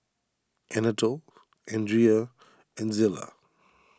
Anatole andria and Zillah